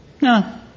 No